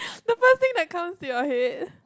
the first thing that comes to your head